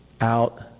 out